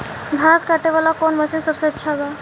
घास काटे वाला कौन मशीन सबसे अच्छा बा?